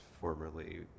formerly